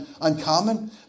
uncommon